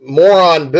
moron